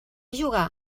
jugà